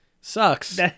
sucks